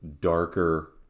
darker